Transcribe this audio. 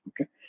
Okay